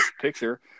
picture